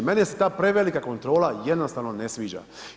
Meni je ta prevelika kontrola jednostavno ne sviđa.